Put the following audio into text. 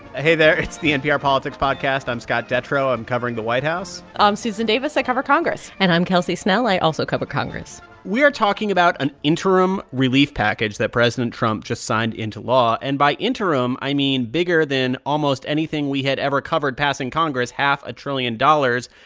hey there. it's the npr politics podcast. i'm scott detrow. i'm covering the white house i'm susan davis. i cover congress and i'm kelsey snell. i also cover congress we are talking about an interim relief package that president trump just signed into law. and by interim, i mean bigger than almost anything we had ever covered passing congress half a trillion dollars.